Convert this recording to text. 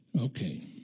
Okay